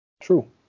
True